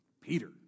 Peter